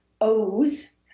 O's